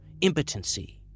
impotency